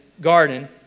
garden